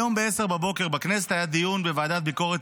היום ב-10:00 בכנסת היה דיון בוועדת ביקורת